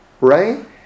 right